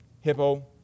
Hippo